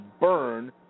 burn